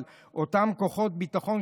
אותם כוחות ביטחון,